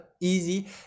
easy